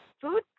food